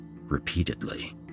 repeatedly